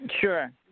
Sure